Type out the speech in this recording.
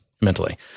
mentally